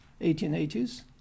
1880s